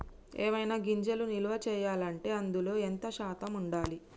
ఏవైనా గింజలు నిల్వ చేయాలంటే అందులో ఎంత శాతం ఉండాలి?